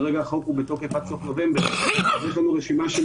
כרגע החוק בתוקף עד סוף נובמבר יש לנו רשימה של